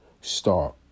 start